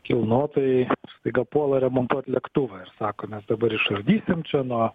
kilnotojai staiga puola remontuot lėktuvą ir sako mes dabar išardysime čia na